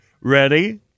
Ready